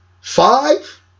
five